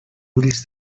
ulls